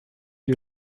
you